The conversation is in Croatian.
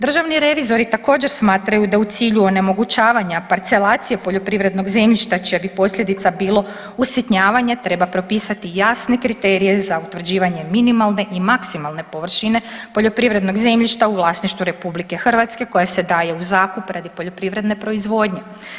Državni revizori također smatraju da u cilju onemogućavanja parcelacije poljoprivrednog zemljišta čija bi posljedica bilo usitnjavanje treba propisati jasne kriterije za utvrđivanje minimalne i maksimalne površine poljoprivrednog zemljišta u vlasništvu RH koja se daje u zakup radi poljoprivredne proizvodnje.